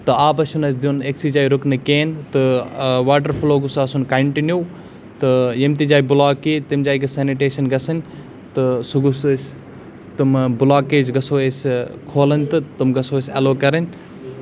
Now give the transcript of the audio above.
تہٕ آبَس چھِنہٕ اَسہِ دیُٚن أکۍ سٕے جاے رُکنہٕ کِہینۍ تہٕ واٹَر فلو گوٚژھ آسُن کَنٹِنیوٗ تہٕ ییٚمہِ تہِ جاے بُلاک یی تَمہِ جاے گٔژھ سٮ۪نِٹیشَن گژھٕنۍ تہٕ سُہ گوٚژھ اَسہِ تِمہٕ بُلاکیج گژھو أسۍ کھولٕنۍ تہٕ تِم گژھو أسۍ اٮ۪لو کَرٕنۍ